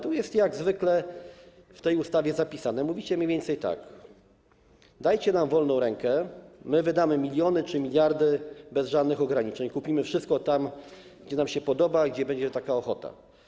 Tu jest jak zwykle w tej ustawie zapisane, mówicie mniej więcej tak: dajcie nam wolną rękę, my wydamy miliony czy miliardy bez żadnych ograniczeń, kupimy wszystko tam, gdzie nam się podoba i gdzie będzie taka ochota.